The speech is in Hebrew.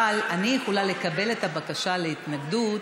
אבל אני יכולה לקבל את הבקשה להתנגדות